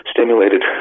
stimulated